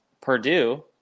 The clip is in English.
Purdue